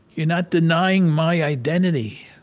you're not denying my identity.